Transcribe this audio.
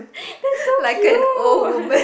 that's so cute